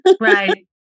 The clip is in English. Right